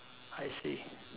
I see